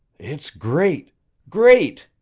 it's great great!